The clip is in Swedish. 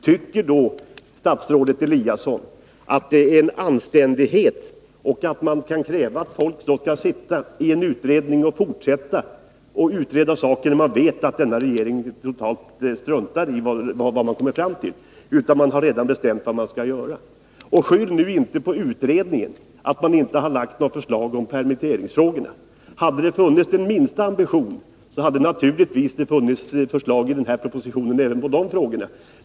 Tycker då statsrådet Eliasson att det är anständigt och att man kan kräva att folk skall sitta i en utredning och fortsätta att utreda saker, när de vet att regeringen totalt struntar i vad de kommer fram till och redan har bestämt vad som skall göras? Skyll nu inte på utredningen för att det inte har lagts fram förslag om permitteringsfrågorna! Hade det funnits den minsta ambition hade det självfallet funnits ett sådant förslag i denna proposition.